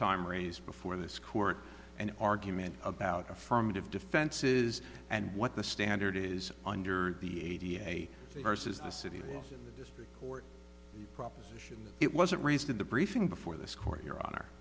time raised before this court an argument about affirmative defenses and what the standard is under the a d f a versus a city in the district court proposition that it wasn't raised in the briefing before this court your honor